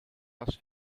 was